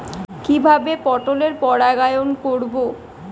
কিভাবে পটলের পরাগায়ন করব?